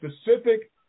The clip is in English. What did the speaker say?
specific